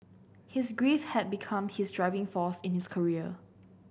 his grief had become his driving force in his career